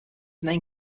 name